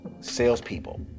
salespeople